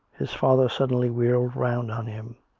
his father suddenly wheeled round on him.